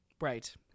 Right